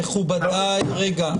--- מכובדי רגע,